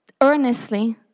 earnestly